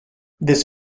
this